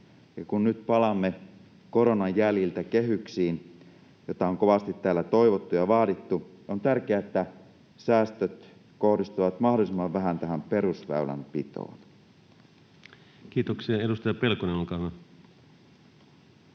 kun nyt palaamme koronan jäljiltä kehyksiin, mitä on kovasti täällä toivottu ja vaadittu, on tärkeää, että säästöt kohdistuvat mahdollisimman vähän tähän perusväylänpitoon. [Speech 55] Speaker: Ensimmäinen